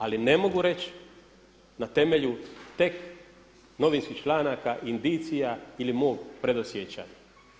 Ali ne mogu reći na temelju tek novinskih članaka, indicija ili mog predosjećaja.